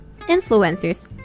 influencers